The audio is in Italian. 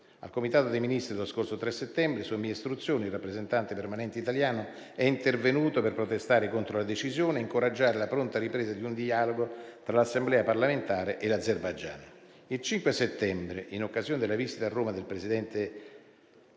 Al Comitato dei Ministri dello scorso 3 settembre, su mie istruzioni, il rappresentante permanente italiano è intervenuto per protestare contro la decisione e incoraggiare la pronta ripresa di un dialogo tra l'assemblea parlamentare e l'Azerbaigian. Il 5 settembre, in occasione della visita a Roma del presidente